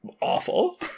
awful